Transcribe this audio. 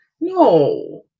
No